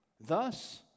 thus